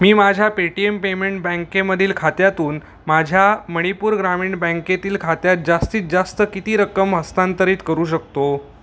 मी माझ्या Paytm payment बँकेमधील खात्यातून माझ्या मणिपूर ग्रामीण बँकेतील खात्यात जास्तीत जास्त किती रक्कम हस्तांतरित करू शकतो